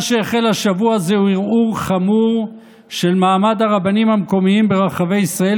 מה שהחל השבוע זהו ערעור חמור של מעמד הרבנים המקומיים ברחבי ישראל,